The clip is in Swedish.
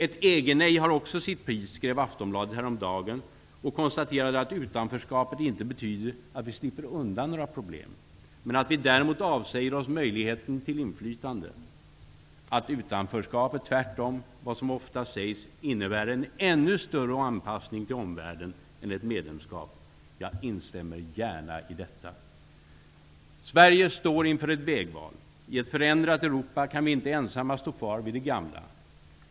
Ett EG-nej har också sitt pris, skrev Aftonbladet häromdagen och konstaterade att utanförskapet inte betyder att vi slipper undan några problem, men att vi däremot avsäger oss möjligheten till inflytande, att utanförskapet, tvärt emot vad som oftast sägs, innebär en ännu större anpassning till omvärlden än ett medlemskap. Jag instämmer gärna i detta. Sverige står inför ett vägval. I ett förändrat Europa kan vi inte ensamma stå kvar vid det gamla.